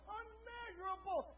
unmeasurable